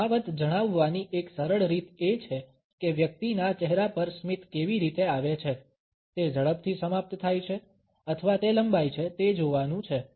તફાવત જણાવવાની એક સરળ રીત એ છે કે વ્યક્તિના ચહેરા પર સ્મિત કેવી રીતે આવે છે તે ઝડપથી સમાપ્ત થાય છે અથવા તે લંબાય છે તે જોવાનું છે